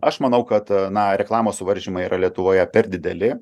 aš manau kad na reklamos suvaržymai yra lietuvoje per dideli